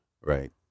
right